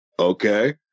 Okay